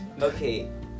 Okay